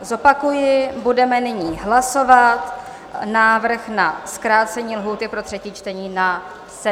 Zopakuji, budeme nyní hlasovat návrh na zkrácení lhůty pro třetí čtení na 7 dnů.